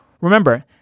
Remember